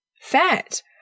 fat